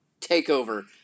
Takeover